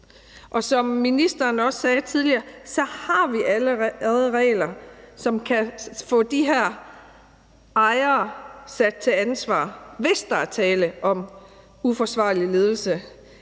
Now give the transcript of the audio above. Og som ministeren også sagde tidligere, har vi allerede regler, som kan få de her ejere stillet til ansvar – hvis der er tale om uforsvarlig ledelse.